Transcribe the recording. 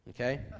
okay